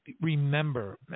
remember